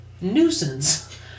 nuisance